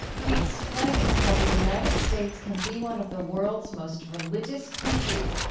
he explains how the united states can be one of the world's most religious countries,